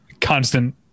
constant